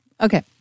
Okay